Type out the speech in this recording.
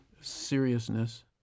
seriousness